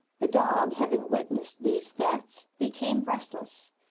the dog, having witnessed these thefts, became restless,